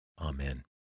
Amen